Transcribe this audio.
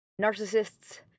narcissists